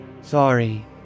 Sorry